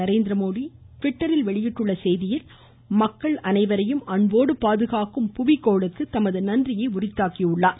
நரேந்திரமோடி ட்விட்டரில் வெளியிட்டுள்ள செய்தியில் மக்கள் அனைவரையும் அன்போடு பாதுகாக்கும் புவி கோளுக்கு தமது நன்றியை உரித்தாக்கியுள்ளார்